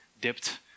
dipped